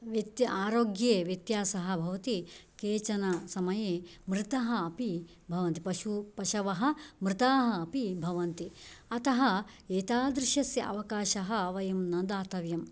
व्यत्य् आरोग्ये व्यत्यासः भवति केचन समये मृतः अपि भवन्ति पशु पशवः मृताः अपि भवन्ति अतः एतादृशस्य अवकाशः वयं न दातव्यम्